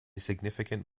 significant